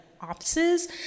offices